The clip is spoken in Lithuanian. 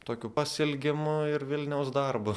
tokiu pasiilgimu ir vilniaus darbu